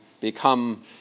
become